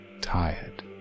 tired